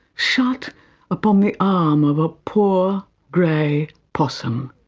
shut upon the arm of a poor grey possum.